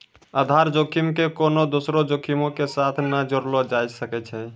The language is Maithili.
आधार जोखिम के कोनो दोसरो जोखिमो के साथ नै जोड़लो जाय सकै छै